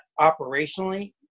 operationally